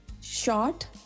Short